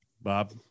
Bob